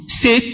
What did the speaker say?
say